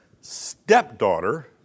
stepdaughter